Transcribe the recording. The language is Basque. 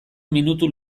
minutu